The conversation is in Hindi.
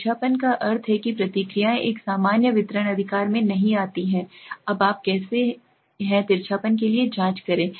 तिरछापन का अर्थ है कि प्रतिक्रियाएं एक सामान्य वितरण अधिकार में नहीं आती हैं अब आप कैसे हैं तिरछापन के लिए जाँच करें